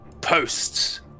Posts